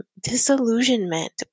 disillusionment